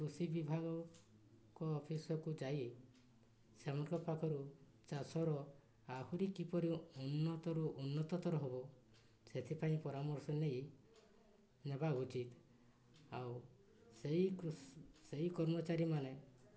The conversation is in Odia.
କୃଷି ବିଭାଗଙ୍କ ଅଫିସ୍କୁ ଯାଇ ସେମାନଙ୍କ ପାଖରୁ ଚାଷର ଆହୁରି କିପରି ଉନ୍ନତରୁ ଉନ୍ନତତର ହେବ ସେଥିପାଇଁ ପରାମର୍ଶ ନେଇ ନେବା ଉଚିତ୍ ଆଉ ସେଇ ସେଇ କର୍ମଚାରୀମାନେ